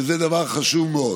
שזה דבר חשוב מאוד.